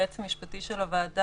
היועץ המשפטי של הוועדה,